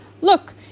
look